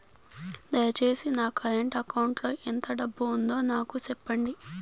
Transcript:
దయచేసి నా current account లో ఎంత డబ్బు ఉందో నాకు సెప్పండి